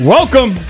Welcome